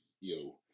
Yo